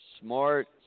smart